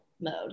mode